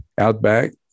outback